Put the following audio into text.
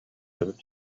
эбит